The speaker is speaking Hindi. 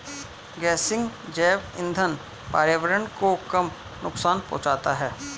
गेसिंग जैव इंधन पर्यावरण को कम नुकसान पहुंचाता है